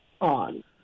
on